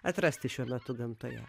atrasti šiuo metu gamtoje